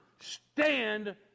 stand